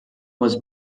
was